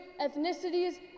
ethnicities